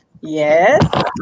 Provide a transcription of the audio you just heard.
yes